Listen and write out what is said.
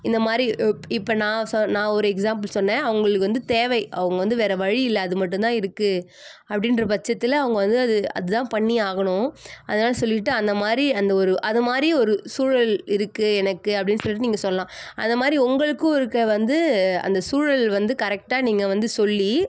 இந்த மாதிரி இப்போ நான் நான் ஒரு எக்ஸாம்பிள் சொன்னேன் அவங்களுக்கு வந்து தேவை அவங்க வந்து வேறு வழி இல்லை அது மட்டும் தான் இருக்குது அப்படின்ற பட்சத்தில் அவங்க வந்து அது அது தான் பண்ணி ஆகணும் அதனால சொல்லிவிட்டு அந்த மாதிரி அந்த ஒரு அது மாதிரி ஒரு சூழல் இருக்குது எனக்கு அப்படின்னு சொல்லிவிட்டு நீங்கள் சொல்லலாம் அது மாதிரி உங்களுக்கும் இருக்க வந்து அந்த சூழல் வந்து கரெக்டாக நீங்கள் வந்து சொல்லி